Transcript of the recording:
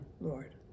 Lord